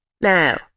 Now